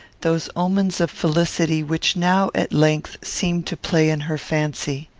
those omens of felicity which now, at length, seemed to play in her fancy.